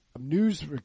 news